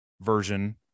version